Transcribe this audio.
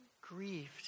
grieved